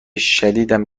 شدیدم